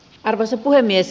arvoisa puhemies